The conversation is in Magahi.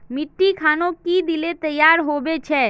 मिट्टी खानोक की दिले तैयार होबे छै?